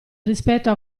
rispetto